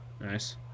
Nice